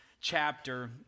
chapter